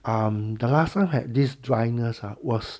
um the last time I had this dryness ah was